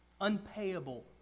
unpayable